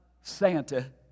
Santa